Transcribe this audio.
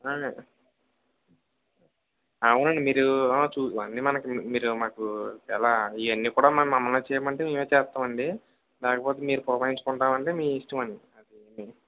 అవునండి మీరు చూ అవన్నీ మనకి మీ మీరు మాకు ఎలా ఇవన్నీ కూడా మరి మమ్మల్నే చేయమంటే మేమే చేస్తామండి లేకపోతే మీరు పురమాయించుకుంటామంటే మీ ఇష్టమండి